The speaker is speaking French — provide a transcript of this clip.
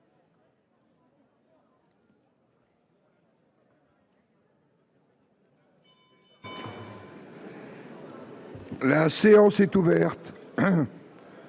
La séance est ouverte.